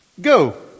Go